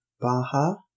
Baha